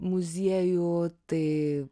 muziejų tai